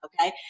okay